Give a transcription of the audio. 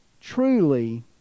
truly